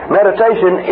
meditation